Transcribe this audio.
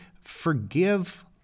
forgive